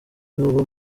nuba